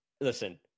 listen